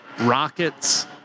Rockets